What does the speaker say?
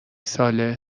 ساله